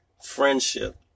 friendship